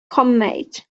homemade